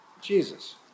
Jesus